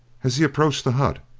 as he approached the hut,